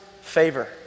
favor